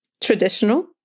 traditional